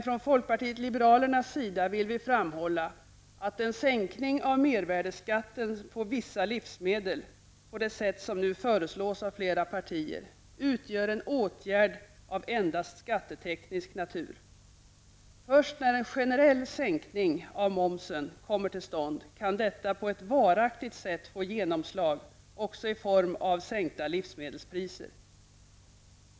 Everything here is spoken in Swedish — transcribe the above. Från folkpartiets sida vill vi dock framhålla att en sänkning av mervärdeskatten på vissa livsmedel, på det sätt som nu föreslås av flera partier, utgör en åtgärd av endast skatteteknisk natur. Först när en generell sänkning av momsen kommer till stånd kan detta på ett varaktigt sätt få genomslag också i form av sänkta livsmedelspriser.